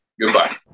Goodbye